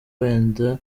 wenda